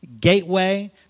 Gateway